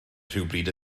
rhywbryd